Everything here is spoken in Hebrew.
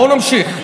בואו נמשיך.